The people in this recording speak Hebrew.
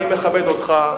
אני מכבד אותך,